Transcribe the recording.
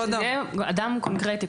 יהיה אדם קונקרטי.